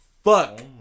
Fuck